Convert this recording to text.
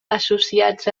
associats